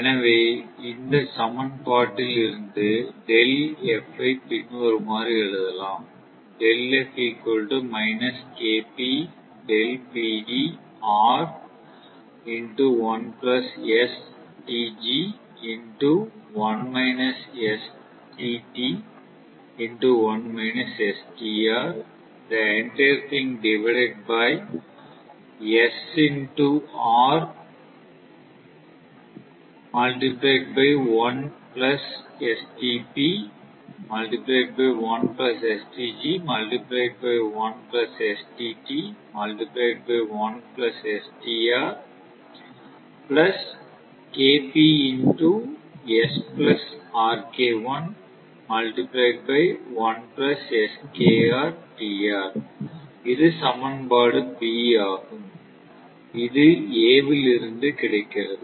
எனவே இந்த சமன்பாட்டில் இருந்து ΔF ஐ பின்வருமாறு எழுதலாம் இது சமன்பாடு B ஆகும் இது A வில் இருந்து கிடைக்கிறது